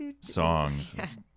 songs